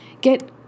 get